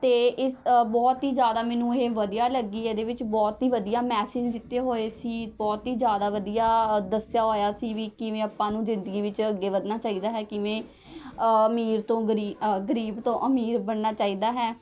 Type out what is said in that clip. ਅਤੇ ਇਸ ਬਹੁਤ ਹੀ ਜ਼ਿਆਦਾ ਮੈਨੂੰ ਇਹ ਵਧੀਆ ਲੱਗੀ ਇਹਦੇ ਵਿੱਚ ਬਹੁਤ ਹੀ ਵਧੀਆ ਮੈਸਿਜ ਦਿੱਤੇ ਹੋਏ ਸੀ ਬਹੁਤ ਹੀ ਜ਼ਿਆਦਾ ਵਧੀਆ ਦੱਸਿਆ ਹੋਇਆ ਸੀ ਵੀ ਕਿਵੇਂ ਆਪਾਂ ਨੂੰ ਜ਼ਿੰਦਗੀ ਵਿੱਚ ਅੱਗੇ ਵਧਣਾ ਚਾਹੀਦਾ ਹੈ ਕਿਵੇਂ ਅਮੀਰ ਤੋਂ ਗ਼ਰੀਬ ਗ਼ਰੀਬ ਤੋਂ ਅਮੀਰ ਬਣਨਾ ਚਾਹੀਦਾ ਹੈ